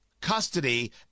custody